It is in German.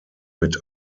mit